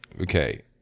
okay